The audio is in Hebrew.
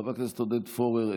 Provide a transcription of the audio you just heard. חבר הכנסת עודד פורר,